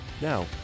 Now